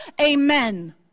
Amen